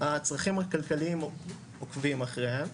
הצרכים הכלכליים עוקבים אחריהם.